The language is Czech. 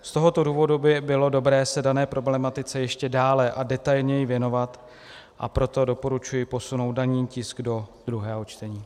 Z tohoto důvodu by bylo dobré se dané problematice ještě dále a detailněji věnovat, a proto doporučuji posunout daný tisk do druhého čtení.